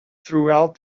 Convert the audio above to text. throughout